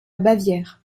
bavière